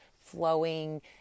flowing